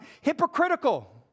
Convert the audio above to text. hypocritical